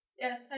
Yes